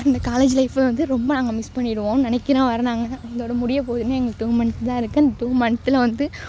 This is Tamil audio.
அந்த காலேஜ் லைஃபே வந்து ரொம்ப நாங்கள் மிஸ் பண்ணிடுவோம்னு நினைக்கிறோம் வேறு நாங்கள் இதோட முடியப்போகுது இன்னும் எங்களுக்கு டூ மந்த் தான் இருக்குது அந்த டூ மந்த்தில் வந்து